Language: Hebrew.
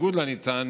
בניגוד לנטען,